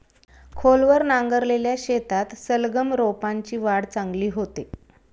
खोलवर नांगरलेल्या शेतात सलगम रोपांची वाढ चांगली होते